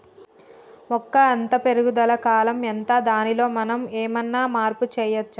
మొక్క అత్తే పెరుగుదల కాలం ఎంత దానిలో మనం ఏమన్నా మార్పు చేయచ్చా?